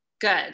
Good